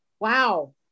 Wow